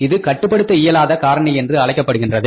இது கட்டுப்படுத்த இயலாத காரணி என்று அழைக்கப்படுகின்றது